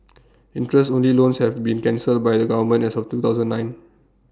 interest only loans have been cancelled by the government as of two thousand nine